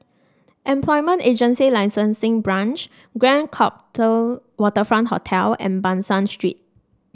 Employment Agency Licensing Branch Grand Waterfront Hotel and Ban San Street